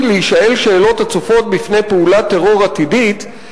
להישאל שאלות הצופות פני פעולת טרור עתידית,